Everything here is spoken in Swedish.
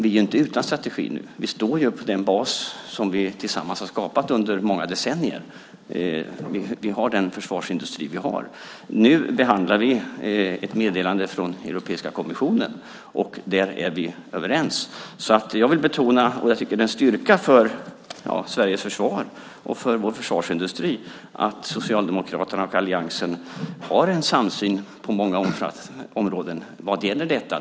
Vi är inte utan strategi nu. Vi står på den bas som vi tillsammans har skapat under många decennier. Vi har den försvarsindustri vi har. Nu behandlar vi ett meddelande från Europeiska kommissionen. Där är vi överens. Jag vill betona att det är en styrka för Sveriges försvar och vår försvarsindustri att Socialdemokraterna och alliansen har en samsyn på många områden vad gäller detta.